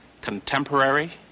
contemporary